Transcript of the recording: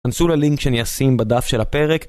כנסו ללינק שאני אשים בדף של הפרק